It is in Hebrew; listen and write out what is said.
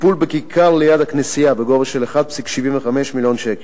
טיפול בכיכר ליד הכנסייה בגובה של 1.75 מיליון שקל,